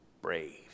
brave